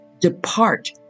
Depart